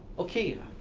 okay,